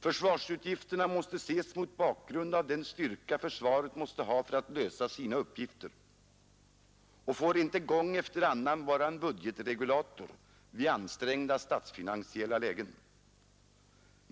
Försvarsutgifterna måste ses mot bakgrunden av den styrka försvaret måste ha för att lösa sina uppgifter och får inte gång efter annan vara en budgetregulator vid ansträngda statsfinansiella lägen.